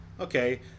Okay